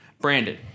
Brandon